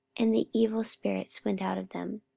and the evil spirits went out of them.